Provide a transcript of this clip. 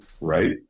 Right